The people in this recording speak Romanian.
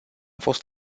fost